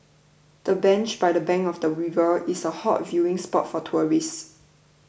the bench by the bank of the river is a hot viewing spot for tourists